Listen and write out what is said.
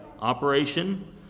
operation